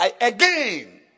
again